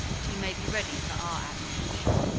that he may be ready for our apprehension.